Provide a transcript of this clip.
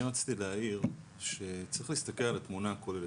אני רציתי להעיר שצריך להסתכל על התמונה הכוללת.